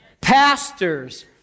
pastors